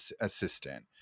assistant